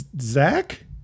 Zach